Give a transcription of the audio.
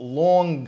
long